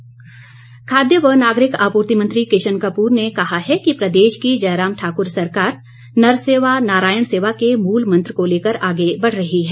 किशन कपूर खाद्य व नागरिक आपूर्ति मंत्री किशन कपूर ने कहा कि प्रदेश की जयराम ठाकुर सरकार नर सेवा नारायण सेवा के मूल मंत्र को लेकर आगे बढ़ रही है